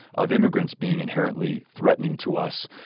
of immigrants being inherently threatening to us,